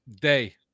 day